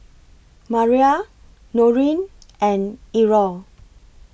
Maria Norine and Errol